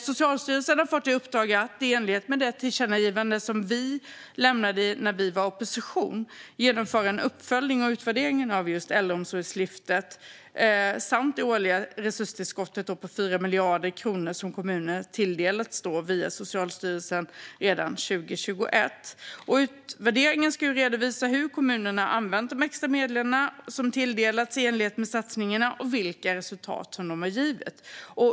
Socialstyrelsen har fått i uppdrag att i enlighet med det tillkännagivande som vi lämnade när vi var i opposition genomföra en uppföljning och utvärdering av Äldreomsorgslyftet samt det årliga resurstillskott på 4 miljarder kronor som kommuner har tilldelats via Socialstyrelsen sedan 2021. Utvärderingen ska redovisa hur kommunerna har använt de extra medel som tilldelats i enlighet med satsningarna och vilka resultat de har givit.